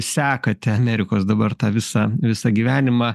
sekate amerikos dabar tą visą visą gyvenimą